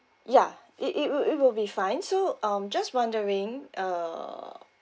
yeah it it would it would be fine so um just wondering uh